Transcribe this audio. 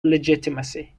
legitimacy